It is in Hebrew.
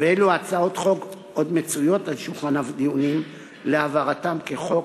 ואילו הצעות חוק עוד מצויות על שולחן הדיונים להעברתן כחוק